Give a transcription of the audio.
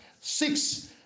Six